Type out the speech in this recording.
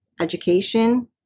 education